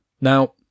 Now